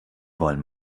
wollen